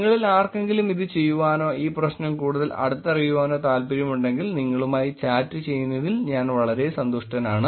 നിങ്ങളിൽ ആർക്കെങ്കിലും ഇത് ചെയ്യുവാനോ ഈ പ്രശ്നം കൂടുതൽ അടുത്തറിയുവാനോ താൽപ്പര്യമുണ്ടെങ്കിൽ നിങ്ങളുമായി ചാറ്റ് ചെയ്യുന്നതിൽ ഞാൻ വളരെ സന്തുഷ്ടനാണ്